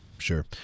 Sure